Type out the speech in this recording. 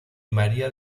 maría